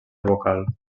vocal